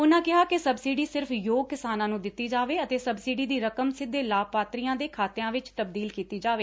ਉਨੁਾਂ ਕਿਹਾ ਕਿ ਸਬਸਿਡੀ ਸਿਰਫ ਯੋਗ ਕਿਸਾਨਾਂ ਨੂੰ ਦਿੱਤੀ ਜਾਵੇ ਅਤੇ ਸਬਸਿਡੀ ਦੀ ਰਕਮ ਸਿੱਧੇ ਲਾਭਪਾਤਰੀਆਂ ਦੇ ਖਾਤਿਆਂ ਵਿੱਚ ਤਬਦੀਲ ਕੀਤੀ ਜਾਵੇ